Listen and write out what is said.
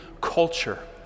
culture